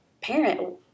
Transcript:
parent